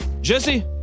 Jesse